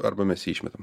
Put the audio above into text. arba mes jį išmetam